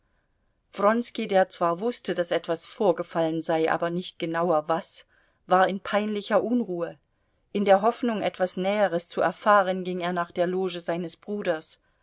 wronski der zwar wußte daß etwas vorgefallen sei aber nicht genauer was war in peinlicher unruhe in der hoffnung etwas näheres zu erfahren ging er nach der loge seines bruders